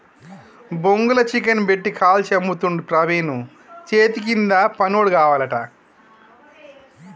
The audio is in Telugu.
బొంగుల చికెన్ పెట్టి కాల్చి అమ్ముతుండు ప్రవీణు చేతికింద పనోడు కావాలట